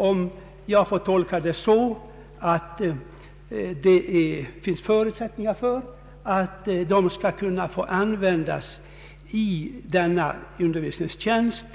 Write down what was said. Om man får tolka detta så, att det finns förutsättningar för att de skall kunna få användas i denna undervisningstjänst,